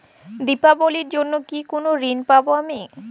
দীপাবলির জন্য কি কোনো ঋণ পাবো আমি?